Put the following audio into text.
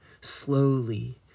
slowly